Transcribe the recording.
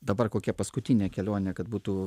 dabar kokia paskutinė kelionė kad būtų